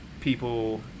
people